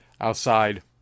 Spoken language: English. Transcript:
outside